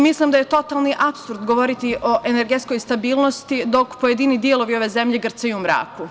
Mislim da je totalni apsurd govoriti o energetskoj stabilnosti dok pojedini delovi ove zemlje grcaju u mraku.